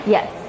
Yes